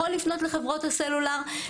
יכול לפנות לחברות הסלולר,